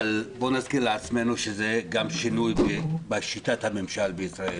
אבל בוא נזכיר לעצמנו שזה גם שינוי בשיטת המימשל בישראל.